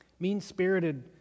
Mean-spirited